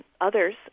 others